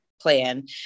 plan